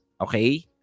okay